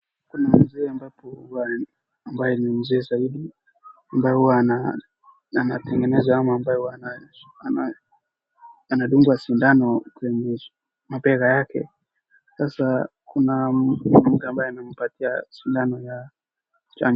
Kuna mzee ambapo ni ambaye ni mzee zaidi ambaye huwa anatengeneza ambaye huwa ana anadungwa sindano kwenye mabega yake sasa kuna mhudumu ambaye anampatia sindano ya chanjo.